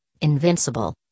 invincible